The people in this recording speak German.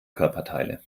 körperteile